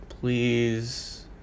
Please